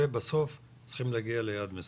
ובסוף צריכים להגיע ליעד מסוים.